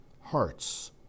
hearts